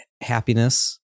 happiness